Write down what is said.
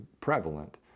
prevalent